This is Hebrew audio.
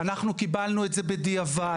אנחנו קיבלנו את זה בדיעבד.